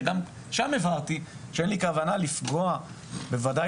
שגם שם הבהרתי שאין לי כוונה לפגוע בוודאי